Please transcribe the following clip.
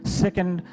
second